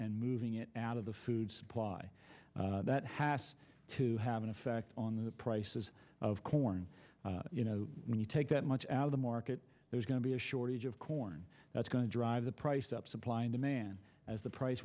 and moving it out of the food supply that has to have an effect on the prices of corn you know when you take that much out of the market there's going to be a shortage of corn that's going to drive the price up supply and demand as the price